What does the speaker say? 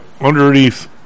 underneath